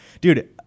dude